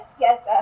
Yes